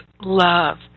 love